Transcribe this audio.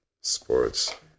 sports